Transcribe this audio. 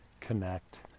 connect